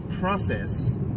process